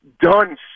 done